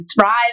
thrive